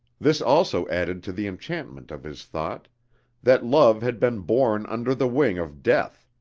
this also added to the enchantment of his thought that love had been born under the wing of death.